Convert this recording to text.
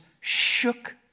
shook